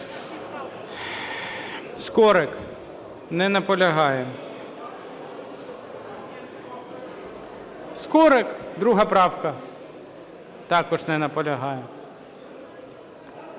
Скорик. Не наполягає. Скорик, 2 правка. Також не наполягає.